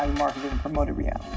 ah marketed and promoted rihanna.